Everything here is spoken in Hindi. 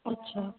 अच्छा